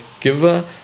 giver